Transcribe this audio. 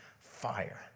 fire